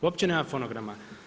Uopće nema fonograma.